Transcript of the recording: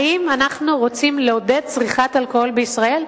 האם אנחנו רוצים לעודד צריכת אלכוהול בישראל,